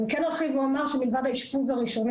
אני כן אתחיל ואומר שמלבד האשפוז הראשוני